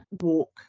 walk